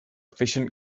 efficient